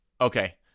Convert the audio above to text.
Okay